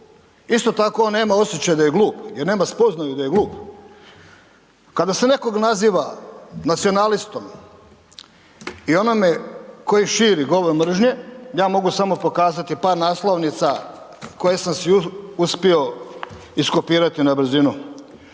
isto tako on nema osjećaj da je glup jer nema spoznaju da je glup. Kada se nekog naziva nacionalistom i onome koji širi govor mržnje, ja mogu samo pokazati par naslovnica koje sam su uspio iskopirati na brzinu.